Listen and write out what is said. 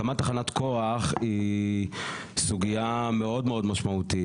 הקמת תחנת כוח היא סוגיה מאוד מאוד משמעותית.